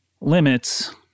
limits